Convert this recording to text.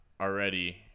already